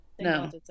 No